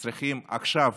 שצריכים עכשיו